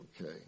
Okay